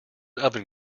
oven